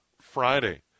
Friday